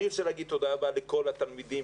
אני רוצה להגיד תודה רבה לכל התלמידים.